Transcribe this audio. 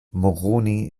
moroni